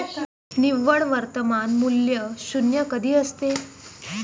निव्वळ वर्तमान मूल्य शून्य कधी असते?